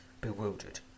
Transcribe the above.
Bewildered